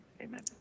Amen